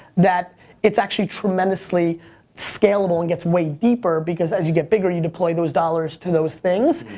that it's actually tremendously scalable and gets way deeper because as you get bigger, you deploy those dollars to those things.